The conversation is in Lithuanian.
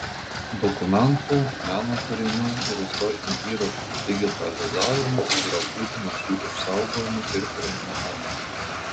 dokumentų meno kūrinių ir istorinių įrašų digitalizavimas yra būtinas jų išsaugojimui ir prieinamumui